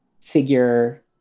figure